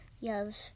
Yes